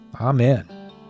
Amen